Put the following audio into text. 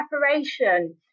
preparation